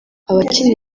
abakina